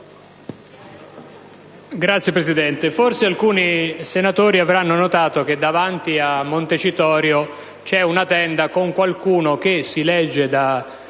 Signor Presidente, forse alcuni senatori avranno notato che davanti a Palazzo Montecitorio vi è una tenda con qualcuno che - si legge da